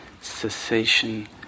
cessation